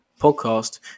podcast